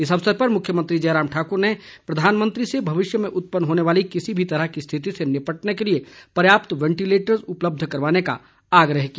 इस अवसर पर मुख्यमंत्री जयराम ठाकुर ने प्रधानमंत्री से भविष्य में उत्पन्न होने वाली किसी भी तरह की स्थिति से निपटने के लिए पर्याप्त वैंटिलेटर उपलब्ध करवाने का आग्रह किया